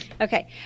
Okay